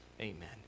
amen